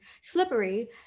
slippery